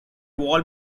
wall